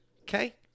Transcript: Okay